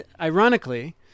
Ironically